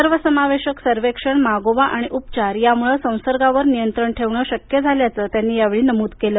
सर्वसमावेशक सर्वेक्षण मागोवा आणि उपचार यामुळे संसर्गावर नियंत्रण ठेवणं शक्य झाल्याचं त्यांनी या वेळी नमूद केलं